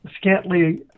scantily